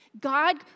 God